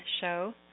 show